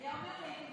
היה אומר לי,